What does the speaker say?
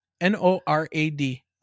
n-o-r-a-d